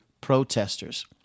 protesters